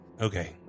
Okay